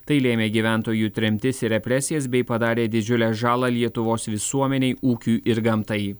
tai lėmė gyventojų tremtis ir represijas bei padarė didžiulę žalą lietuvos visuomenei ūkiui ir gamtai